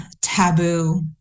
taboo